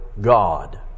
God